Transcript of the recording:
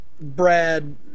Brad